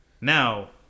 Now